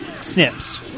snips